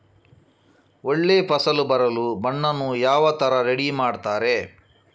ಒಳ್ಳೆ ಫಸಲು ಬರಲು ಮಣ್ಣನ್ನು ಯಾವ ತರ ರೆಡಿ ಮಾಡ್ತಾರೆ?